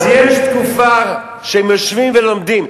אז יש תקופה שהם יושבים ולומדים.